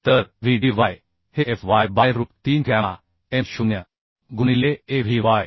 तर Vdy हे Fyबाय रूट 3 गॅमा M0 गुणिले AVy